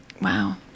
Wow